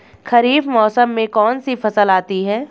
खरीफ मौसम में कौनसी फसल आती हैं?